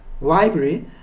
library